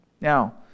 Now